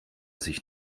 sich